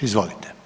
Izvolite.